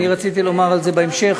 אני רציתי לומר את זה בהמשך.